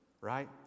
right